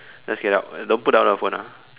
let's get out don't put down the phone ah